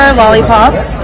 lollipops